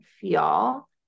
feel